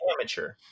amateur